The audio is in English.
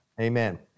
Amen